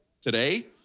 today